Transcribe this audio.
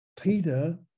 peter